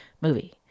movie